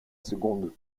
seconde